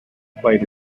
played